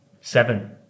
Seven